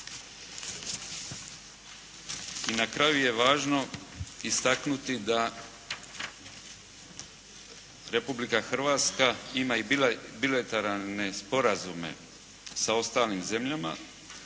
I na kraju je važno istaknuti da Republika Hrvatska ima i bilateralne sporazume sa ostalim zemljama.